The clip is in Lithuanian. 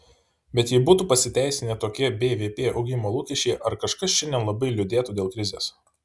bet jei būtų pasiteisinę tokie bvp augimo lūkesčiai ar kažkas šiandien labai liūdėtų dėl krizės